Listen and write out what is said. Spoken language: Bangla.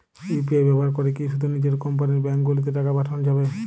ইউ.পি.আই ব্যবহার করে কি শুধু নিজের কোম্পানীর ব্যাংকগুলিতেই টাকা পাঠানো যাবে?